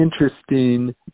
interesting